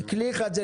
כלי אחד זה